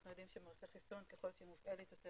אנחנו יודעים שמערכת החיסון ככל שהיא מופעלת יותר,